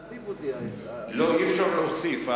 תוסיף אותי, אי-אפשר להוסיף.